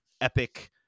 epic